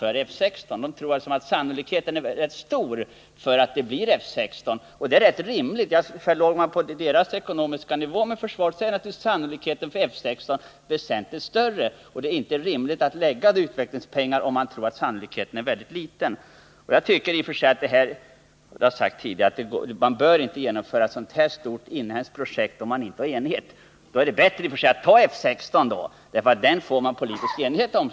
Om man ligger på socialdemokraternas ekonomiska nivå när det gäller försvaret, ökar naturligtvis sannolikheten att det blir F 16. Och om man bedömer sannolikheten att det blir JAS som liten, är det kanske inte rimligt att lägga ner pengar på att studera detta plan. Man bör inte — det har jag sagt tidigt — genomföra ett sådant här stort inhemskt projekt om det inte finns enighet om det. Då är det bättre att välja F 16. som man då rimligen lättare kan få politisk enighet om.